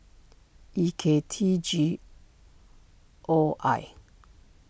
E K T G O I